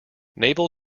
naval